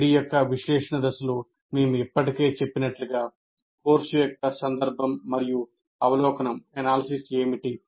ADDIE యొక్క విశ్లేషణ దశలో మేము ఇప్పటికే చెప్పినట్లుగా కోర్సు యొక్క సందర్భం మరియు అవలోకనం ఏమిటి